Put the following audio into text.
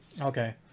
Okay